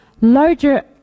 larger